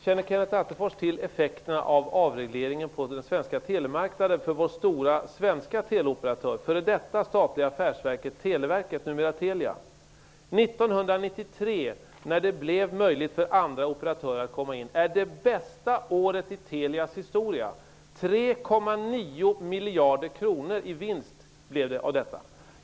Känner Kenneth Attefors till effekterna av avregleringen på den svenska telemarknaden för vår stora svenska teleoperatör, det f.d. statliga affärsverket Televerket, numera Telia? År 1993, när det blev möjligt för andra operatörer att komma in, var det bästa året i Telias historia. 3,9 miljarder i vinst blev det av detta.